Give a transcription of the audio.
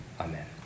Amen